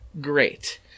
great